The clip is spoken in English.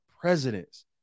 presidents